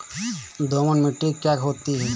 दोमट मिट्टी क्या होती हैं?